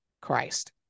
Christ